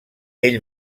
ell